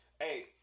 hey